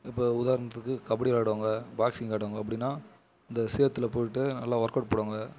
இப்போ உதாரணத்துக்கு கபடி விளாடுவாங்க பாக்ஸிங் விளாடுவாங்க அப்படின்னா இந்த சேத்தில் போய்ட்டு நல்லா ஒர்க்அவுட் போடுவாங்க